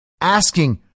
asking